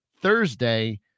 Thursday